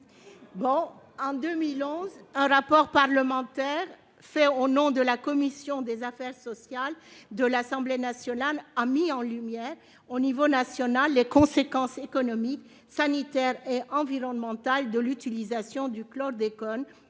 En 2011, un rapport parlementaire fait au nom de la commission des affaires sociales de l'Assemblée nationale a mis en lumière, au niveau national, les conséquences économiques, sanitaires et environnementales de l'utilisation du chlordécone-